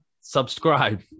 Subscribe